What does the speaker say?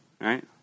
right